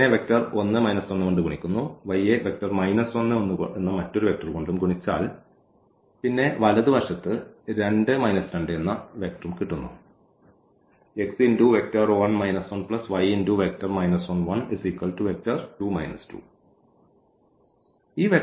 x നെ 1 1 കൊണ്ട് ഗുണിക്കൂന്നു y നെ 1 1 എന്ന മറ്റൊരു വെക്റ്റർ കൊണ്ടും ഗുണിച്ചാൽ പിന്നെ വലതുവശ വലതുവശത്ത് 2 2 വെക്റ്ററുഉം കിട്ടുന്നു